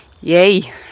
Yay